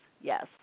yes